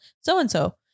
so-and-so